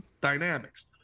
dynamics